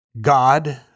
God